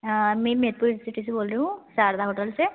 मैं मेनपुर सिटी से बोल रही हूँ शारदा होटल से